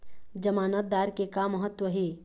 जमानतदार के का महत्व हे?